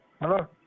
Hello